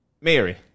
Mary